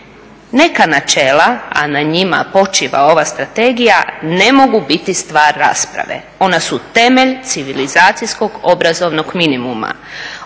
Neka načela a na njima počiva ova Strategija ne mogu biti stvar rasprave. Ona su temelj civilizacijskog obrazovnog minimuma,